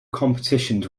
competitions